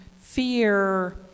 fear